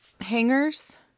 hangers